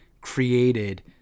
created